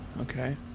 Okay